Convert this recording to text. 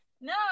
No